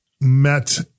met